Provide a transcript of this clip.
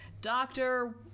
doctor